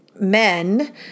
men